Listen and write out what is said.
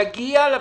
הלחם יגיע לבסיסים.